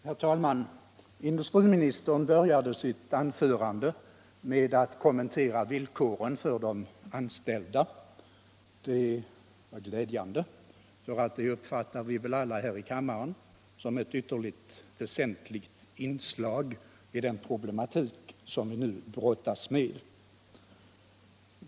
Herr talman! Industriministern började sitt anförande med att kommentera villkoren för de anställda. Det var glädjande, för det uppfattar vi väl alla här i kammaren som ett viterst väsentligt inslag i den problematik vi nu brottas med.